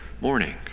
morning